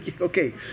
okay